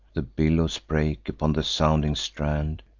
the billows break upon the sounding strand,